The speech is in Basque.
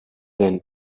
den